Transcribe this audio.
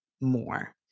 more